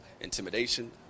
intimidation